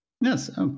Yes